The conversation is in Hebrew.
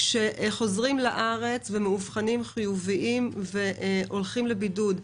כשחוזרים לארץ ומאובחנים כחיוביים וצריכים ללכת לבידוד.